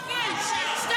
ברוך השם.